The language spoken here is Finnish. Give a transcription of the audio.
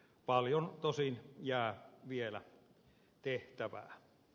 paljon tosin jää vielä tehtävää